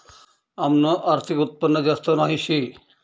आमनं आर्थिक उत्पन्न जास्त नही शे